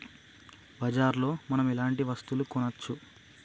బజార్ లో మనం ఎలాంటి వస్తువులు కొనచ్చు?